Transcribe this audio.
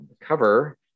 cover